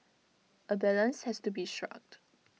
A balance has to be struck